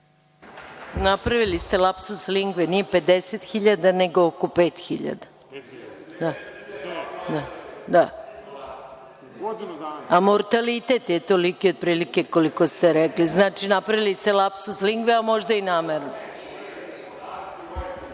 Napravili ste lapsus lingve, nije 50.000, nego oko 5.000.A mortalitet je toliki otprilike toliki koliko ste rekli. Znači napravili ste lapsus lingve, a možda i namerno.(Marko